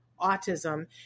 autism